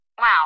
Wow